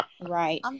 Right